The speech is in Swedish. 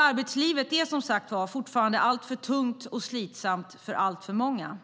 Arbetslivet är fortfarande alltför tungt och slitsamt för alltför många.